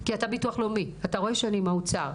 כי אתה ביטוח לאומי, ואתה רואה שאני עם האוצר.